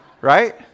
Right